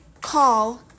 call